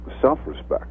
self-respect